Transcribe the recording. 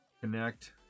connect